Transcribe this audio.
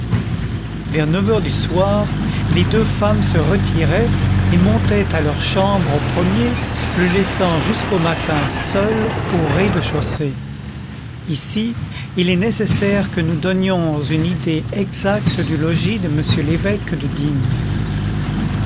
vers neuf heures du soir les deux femmes se retiraient et montaient à leurs chambres au premier le laissant jusqu'au matin seul au rez-de-chaussée ici il est nécessaire que nous donnions une idée exacte du logis de m l'évêque de digne